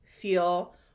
feel